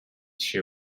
she